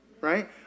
right